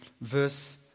verse